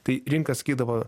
tai rinka sakydavo